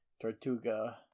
Tortuga